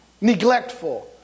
neglectful